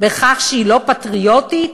שהיא לא פטריוטית,